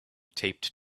taped